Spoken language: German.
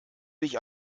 dich